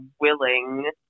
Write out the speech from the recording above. willing